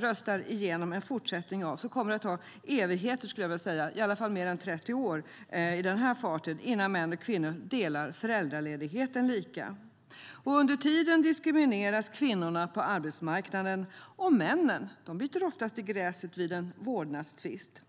rösta igenom en fortsättning av detta kommer det att ta evigheter, i alla fall mer än 30 år, innan män och kvinnor delar föräldraledigheten lika. Under tiden diskrimineras kvinnorna på arbetsmarknaden, och männen biter oftast i gräset vid en vårdnadstvist.